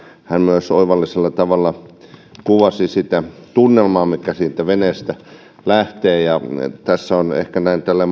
hän myös oivallisella tavalla kuvasi sitä tunnelmaa mikä veneestä lähtee tässä on ehkä näin tällä